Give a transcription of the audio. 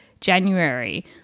January